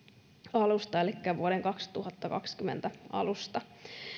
alusta elikkä vuoden kaksituhattakaksikymmentä alusta